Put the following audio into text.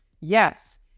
Yes